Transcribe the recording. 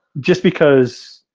just because.